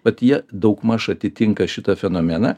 bet jie daugmaž atitinka šitą fenomeną